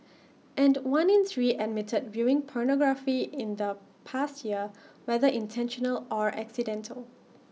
and one in three admitted viewing pornography in the past year whether intentional or accidental